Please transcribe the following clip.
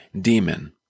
demon